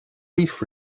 reef